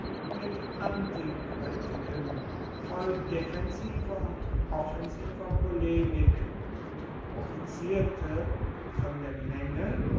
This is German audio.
mit antikritiken voll defensiver und offensiver polemik und provozierte von der menge